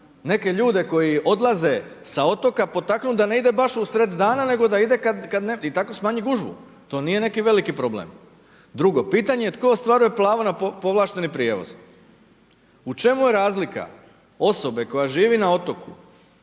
neke ljude koji odlaze sa otoka, potaknuti da ne ide baš u sred dana, nego da ide, i tako smanjiti gužvu, to nije neki veliki problem. Drugo pitanje je tko ostvaruje pravo na povlašteni prijevoz? U čemu je razlika osobe, koja živi na otoku